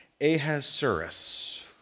Ahasuerus